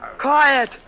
Quiet